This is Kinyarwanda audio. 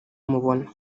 mubona